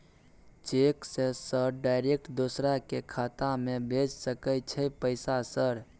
Cheque से sir direct दूसरा के खाता में भेज सके छै पैसा सर?